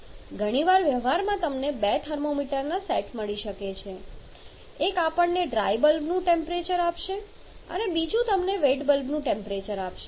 ઘણી વાર વ્યવહારમાં તમને બે થર્મોમીટરના સેટ મળી શકે છે એક આપણને ડ્રાય બલ્બનું ટેમ્પરેચર આપશે અને બીજું તમને વેટ બલ્બનું ટેમ્પરેચર આપશે